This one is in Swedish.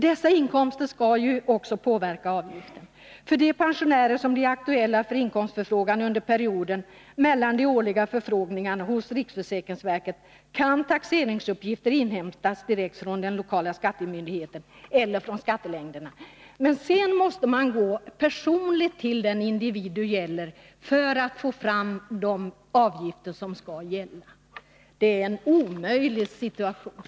”Dessa inkomster skall ju också påverka avgiften. För de pensionärer som blir aktuella för inkomstförfrågan under perioden mellan de årliga förfrågningarna hos RSV kan taxeringsuppgifter inhämtas direkt från den lokala skattemyndigheten eller från skattelängderna.” Men sedan måste man personligen gå till varje individ för att få fram vilka Nr 41 avgifter som skall gälla. Det är en omöjlig situation.